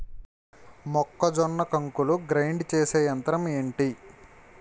మొక్కజొన్న కంకులు గ్రైండ్ చేసే యంత్రం ఏంటి?